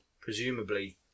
presumably